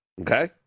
Okay